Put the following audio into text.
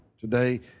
today